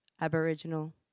Aboriginal